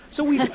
so we